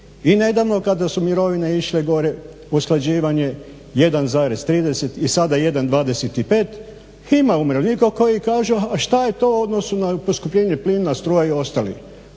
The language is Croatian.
I nedavno kada su mirovine išle gore usklađivanje 1,30 i sada 1,25 ima umirovljenika koji kažu a šta je to u odnosu na poskupljenje plina, struje i ostalih.